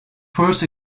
first